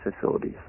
facilities